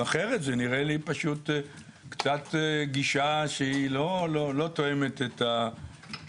אחרת זה נראה לי פשוט גישה שקצת לא תואמת את המציאות.